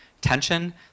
tension